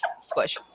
squish